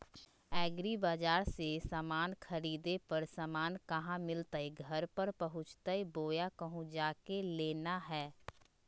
एग्रीबाजार से समान खरीदे पर समान कहा मिलतैय घर पर पहुँचतई बोया कहु जा के लेना है?